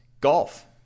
Golf